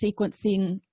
sequencing